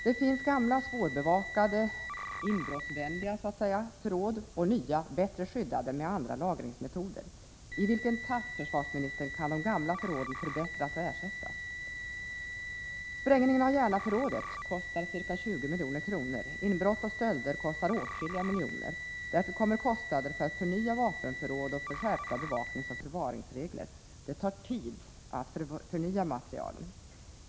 Det finns gamla, svårbevakade — så att säga inbrottsvänliga — förråd och nya, bättre skyddade med andra lagringsmetoder. I vilken takt, försvarsministern, kan de gamla förråden förbättras och ersättas? Sprängningen av Järnaförrådet kostar ca 20 milj.kr. Inbrott och stölder kostar åtskilliga miljoner. Därtill kommer kostnader för förnyelse av vapenförråd och för skärpta bevakningsoch förvaringsregler. Det tar tid att förnya materielen.